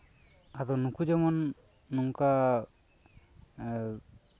ᱟᱫᱚ ᱱᱩᱠᱩ ᱡᱮᱢᱚᱱ ᱱᱚᱝᱠᱟ